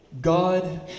God